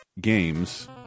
games